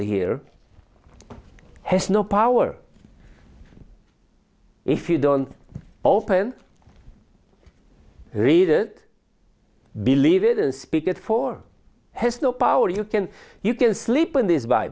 le here has no power if you don't open read it believe it and speak it for has no power you can you can slip in this b